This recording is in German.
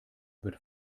wird